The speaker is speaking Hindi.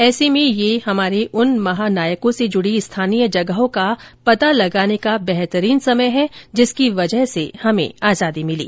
ऐसे में यह हमारे उन महानायकों से जुडी स्थानीय जगहों का पता लगाने का बेहतरीन समय है जिसकी वजह से हमे आजादी मिली